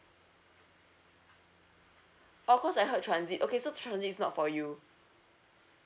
oh cause I heard transit okay so transit is not for you